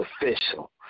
official